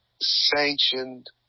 sanctioned